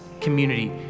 community